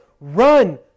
run